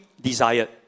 desired